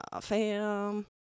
fam